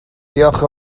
diolch